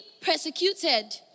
persecuted